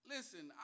Listen